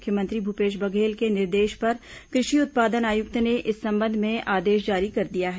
मुख्यमंत्री भूपेश बघेल के निर्देश पर कृषि उत्पादन आयुक्त ने इस संबंध में आदेश जारी कर दिया है